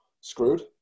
screwed